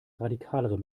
radikalere